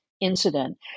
incident